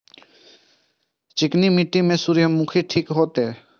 चिकनी मिट्टी में सूर्यमुखी ठीक होते?